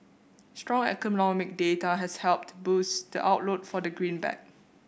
strong economic data has helped boost the outlook for the greenback